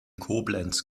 koblenz